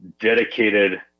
dedicated